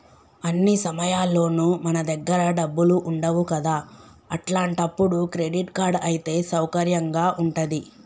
అన్ని సమయాల్లోనూ మన దగ్గర డబ్బులు ఉండవు కదా అట్లాంటప్పుడు క్రెడిట్ కార్డ్ అయితే సౌకర్యంగా ఉంటది